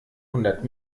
hundert